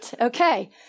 Okay